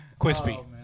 Quispy